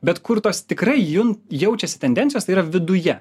bet kur tos tikrai jun jaučias tendencijos yra viduje